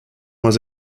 was